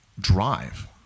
drive